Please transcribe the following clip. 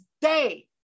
day